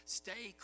stay